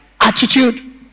attitude